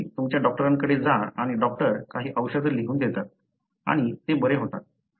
तुम्ही तुमच्या डॉक्टरांकडे जा आणि डॉक्टर काही औषध लिहून देतात आणि ते बरे होतात